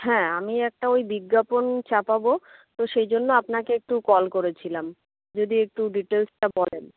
হ্যাঁ আমি একটা ওই বিজ্ঞাপন ছাপাবো তো সেই জন্য আপনাকে একটু কল করেছিলাম যদি একটু ডিটেলসটা বলেন